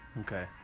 Okay